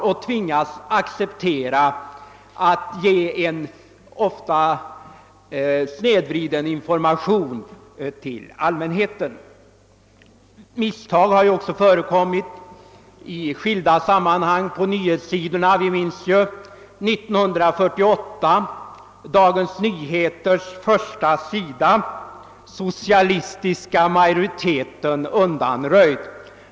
Jag har tvingats att acceptera att lämna en ofta snedvriden information till allmänheten. Misstag har också förekommit i skilda sammanhang på nyhetssidorna. Från år 1948 minns vi rubriken på Dagens Nyheters första sida »Socialistiska majoriteten undanröjd».